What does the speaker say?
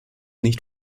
nicht